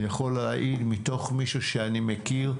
אני יכול להעיד ממישהו שאני מכיר,